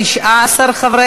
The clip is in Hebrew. ההצעה להעביר